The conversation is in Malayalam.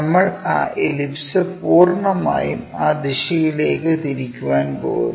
നമ്മൾ ആ എലിപ്സ് പൂർണ്ണമായും ആ ദിശയിലേക്ക് തിരിക്കാൻ പോകുന്നു